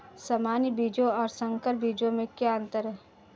सामान्य बीजों और संकर बीजों में क्या अंतर है?